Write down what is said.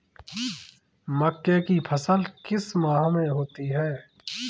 मक्के की फसल किस माह में होती है?